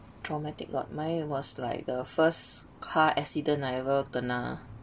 traumatic got mine was like the first car accident I ever kena